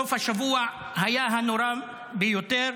סוף השבוע היה הנורא ביותר,